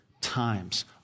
times